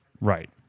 Right